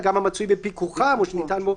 גם המצוי בפיקוחם או שניתן בו שירות.